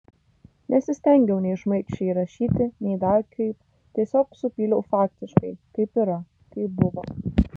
nesistengiau nei šmaikščiai rašyti nei dar kaip tiesiog supyliau faktiškai kaip yra kaip buvo